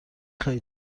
خواهی